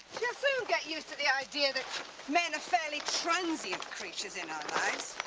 you'll soon get used to the idea that men are fairly transient creatures in our lives.